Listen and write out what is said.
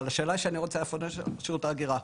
אבל השאלה שאני רוצה להפנות לרשות ההגירה,